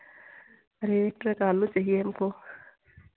अरे एक ट्रक आलू चाहिए हमको